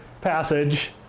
passage